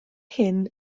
hyn